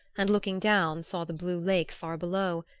and looking down saw the blue lake far below,